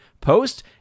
post